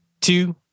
two